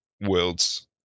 Worlds